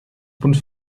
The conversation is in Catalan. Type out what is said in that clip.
punts